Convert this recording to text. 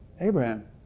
Abraham